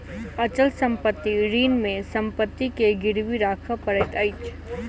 अचल संपत्ति ऋण मे संपत्ति के गिरवी राखअ पड़ैत अछि